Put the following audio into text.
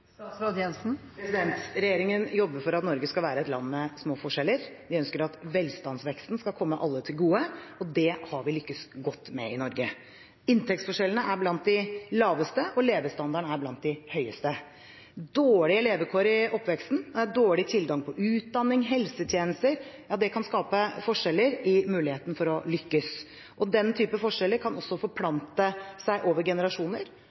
Regjeringen jobber for at Norge skal være et land med små forskjeller. Vi ønsker at velstandsveksten skal komme alle til gode. Det har vi lyktes godt med i Norge. Inntektsforskjellene er blant de laveste, og levestandarden er blant de høyeste. Dårlige levekår i oppveksten og dårlig tilgang på utdanning og helsetjenester kan skape forskjeller i mulighetene for å lykkes. Den type forskjeller kan også forplante seg over generasjoner